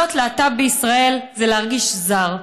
להיות להט"ב בישראל זה להרגיש זר,